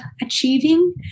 achieving